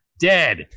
dead